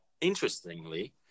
interestingly